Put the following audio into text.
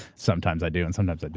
sometimes i do and sometimes like